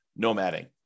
nomading